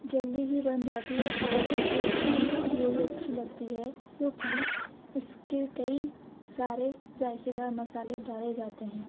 جلدی ہی بن جاتی ہے اور مجھے بریانی اس لیے بھی اچھی لگتی ہے کیونکہ اس کے کئی سارے ذائقے دار مسالے ڈالے جاتے ہیں